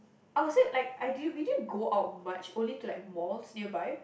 I would say like I didn't we didn't go out much only to like malls nearby